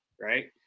right